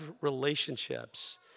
relationships